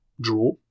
draw